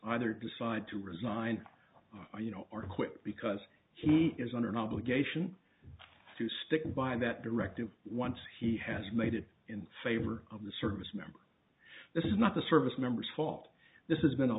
either decide to resign or you know or quit because he is under no obligation to stick by that directive once he has made it in favor of the service member this is not a service member's fault this is been a